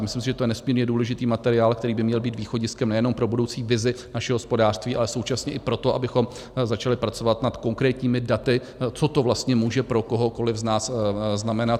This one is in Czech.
Myslím si, že je to nesmírně důležitý materiál, který by měl být východiskem nejenom pro budoucí vizi našeho hospodářství, ale současně i pro to, abychom začali pracovat nad konkrétními daty, co to vlastně může pro kohokoliv z nás znamenat.